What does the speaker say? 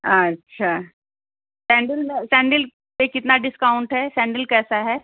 अच्छा सैंडिल में सैंडिल पर कितना डिस्काउंट है सैंडिल कैसा है